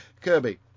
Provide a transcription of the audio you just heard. Kirby